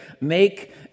make